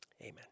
amen